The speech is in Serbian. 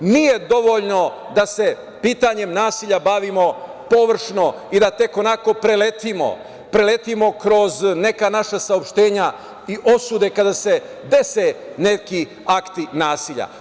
Nije dovoljno da se pitanjem nasilja bavimo površno i da tek onako preletimo, preletimo kroz neka naša saopštenja i osude kada se dese neki akti nasilja.